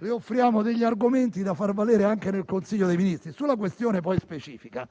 le offriamo degli argomenti da far valere anche in Consiglio dei ministri. Sulla questione specifica,